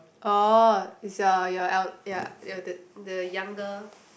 orh it's your your el~ your el~ th~ the younger